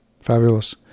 Fabulous